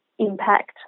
impact